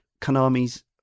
konami's